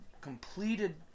completed